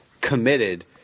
committed